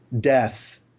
death